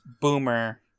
boomer